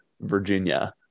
Virginia